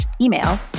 email